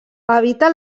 habita